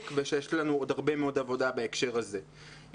ושיש לנו עוד הרבה מאוד עבודה בהקשר הזה.